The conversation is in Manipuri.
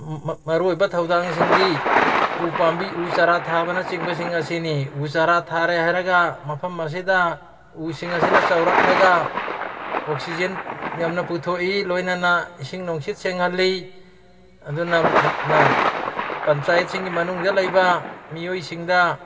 ꯃꯔꯨ ꯑꯣꯏꯕ ꯊꯧꯗꯥꯡꯁꯤꯡꯗꯤ ꯎ ꯄꯥꯝꯕꯤ ꯎ ꯆꯥꯔꯥ ꯊꯥꯕꯅꯆꯤꯡꯕꯁꯤꯡ ꯑꯁꯤꯅꯤ ꯎ ꯆꯥꯔꯥ ꯊꯥꯔꯦ ꯍꯥꯏꯔꯒ ꯃꯐꯝ ꯑꯁꯤꯗ ꯎꯁꯤꯡ ꯑꯁꯤꯅ ꯆꯥꯎꯔꯛꯂꯒ ꯑꯣꯛꯁꯤꯖꯦꯟ ꯌꯥꯝꯅ ꯄꯨꯊꯣꯛꯏ ꯂꯣꯏꯅꯅ ꯏꯁꯤꯡ ꯅꯨꯡꯁꯤꯠ ꯁꯦꯡꯍꯜꯂꯤ ꯑꯗꯨꯅ ꯄꯟꯆꯥꯌꯠꯁꯤꯡꯒꯤ ꯃꯅꯨꯡꯗ ꯂꯩꯕ ꯃꯤꯑꯣꯏꯁꯤꯡꯗ